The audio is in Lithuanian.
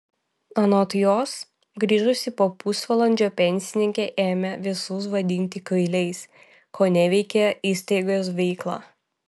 anot jos grįžusi po pusvalandžio pensininkė ėmė visus vadinti kvailiais koneveikė įstaigos veiklą